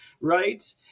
right